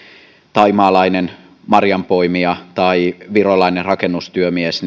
thaimaalaisen marjanpoimijan tai virolaisen rakennustyömiehen